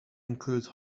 include